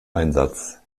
einsatz